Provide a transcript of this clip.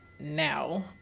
Now